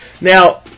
Now